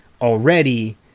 already